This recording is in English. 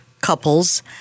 couples